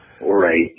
Right